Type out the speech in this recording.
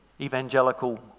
evangelical